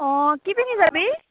অ কি পিন্ধি যাবি